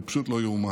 זה פשוט לא ייאמן.